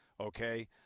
okay